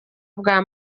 bwa